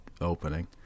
opening